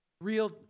Real